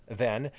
then,